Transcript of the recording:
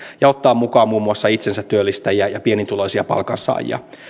ja ottaa mukaan muun muassa itsensätyöllistäjiä ja pienituloisia palkansaajia